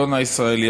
השלטון הישראלי,